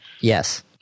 Yes